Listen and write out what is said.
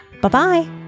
Bye-bye